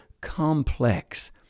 complex